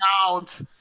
out